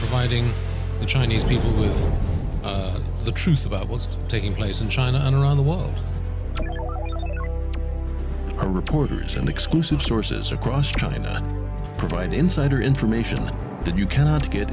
fighting the chinese people is the truth about what's taking place in china and around the world are reporters and exclusive sources across china provide insider information that you cannot get